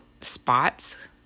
spots